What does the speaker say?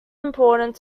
important